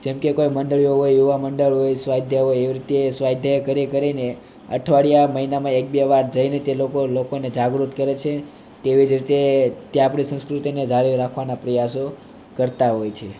જેમ કે કોઈ મંડળી હોય એવા મંડળ હોય સ્વાધ્યાય હોય સ્વાધ્યાય કરી કરીને અઠવાડિયા મહિનામાં એક બે વાર જઈને તે લોકોને જાગૃત કરીને તેઓ તે રીતે સંસ્કૃતિને જાળવી રાખવાના પ્રયાસો કરતા હોય છે